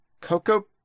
Coco